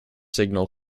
signal